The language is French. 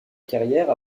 carrière